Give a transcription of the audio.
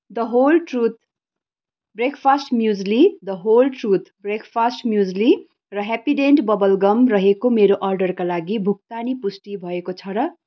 the whole truth breakfast muesli the whole truth breakfast muesli र Happydent bubble gum रहेको मेरो अर्डरका लागि भुक्तानी पुष्टि भएको छ र